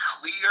clear